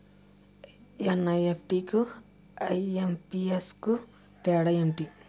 NEFT కు IMPS కు తేడా ఎంటి?